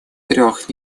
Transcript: трех